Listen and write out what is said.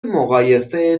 مقایسه